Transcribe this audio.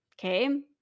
okay